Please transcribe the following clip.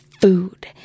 food